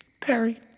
Perry